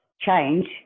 change